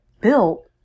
built